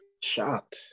Shot